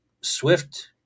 Swift